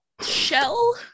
Shell